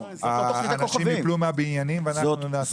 אנשים יפלו מהבניינים ואנחנו נעשה --- לא,